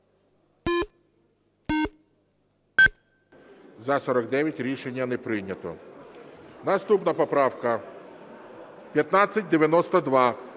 За-49 Рішення не прийнято. Наступна поправка 1864.